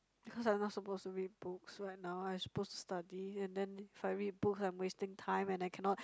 because I'm not supposed to read books right now I supposed to study and then if I read books I'm wasting time and I cannot